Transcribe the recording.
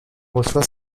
reçoit